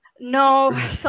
No